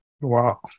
Wow